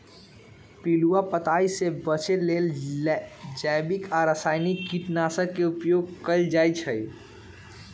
पिलुआ पताइ से बचे लेल जैविक आ रसायनिक कीटनाशक के उपयोग कएल जाइ छै